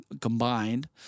combined